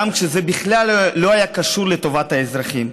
גם כשזה בכלל לא היה קשור לטובת האזרחים.